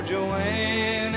Joanne